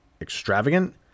extravagant